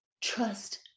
Trust